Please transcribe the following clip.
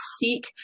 seek